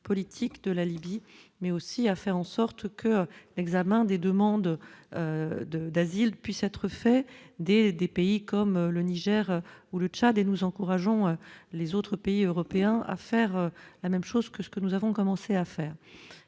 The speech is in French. de la Libye, mais aussi à faire en sorte que l'examen des demandes de d'asile puisse être fait des, des pays comme le Niger ou le Tchad et nous encourageons les autres pays européens à faire la même chose que ce que nous avons commencé à faire